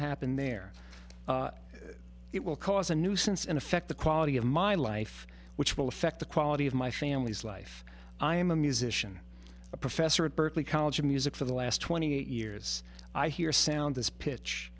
happen there it will cause a nuisance and affect the quality of my life which will affect the quality of my family's life i am a musician a professor at berklee college of music for the last twenty eight years i hear sound this pitch